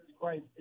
Christ